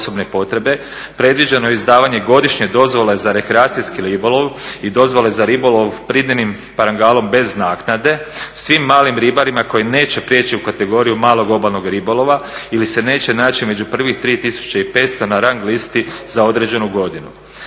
predviđeno je izdavanje godišnje dozvole za rekreacijski ribolov i dozvole za ribolov pridinim parangalom bez naknade svim malim ribarima koji neće priječi u kategoriju malog obalnog ribolova ili se neće naći među prvih 3 500 na rang listi za određenu godinu.